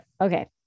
Okay